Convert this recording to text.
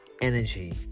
energy